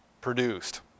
produced